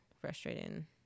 frustrating